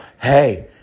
hey